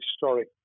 historic